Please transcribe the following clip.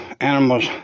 animals